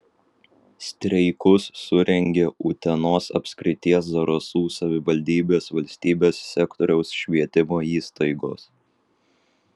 streikus surengė utenos apskrities zarasų savivaldybės valstybės sektoriaus švietimo įstaigos